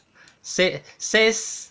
said says